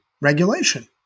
regulation